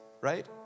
Right